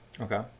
okay